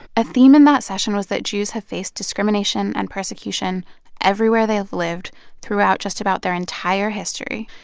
a theme in that session was that jews have faced discrimination and persecution everywhere they've lived throughout just about their entire history.